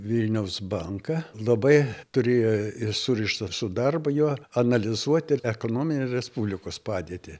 vilniaus banką labai turėjo ir surištas su darbu jo analizuoti ir ekonominę respublikos padėtį